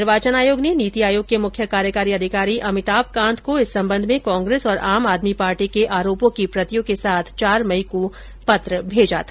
निर्वोचन आयोग ने नीति आयोग के मुख्य कार्यकारी अधिकारी अमिताभ कांत को इस सम्बन्ध में कांग्रेस और आम आदमी पार्टी के आरोपों की प्रतियों के साथ चार मई को पत्र भेजा था